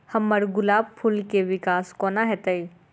हम्मर गुलाब फूल केँ विकास कोना हेतै?